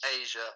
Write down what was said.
Asia